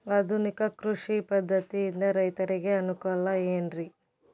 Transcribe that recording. ಆಧುನಿಕ ಕೃಷಿ ಪದ್ಧತಿಯಿಂದ ರೈತರಿಗೆ ಅನುಕೂಲ ಏನ್ರಿ?